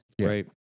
Right